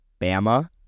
Bama